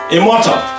Immortal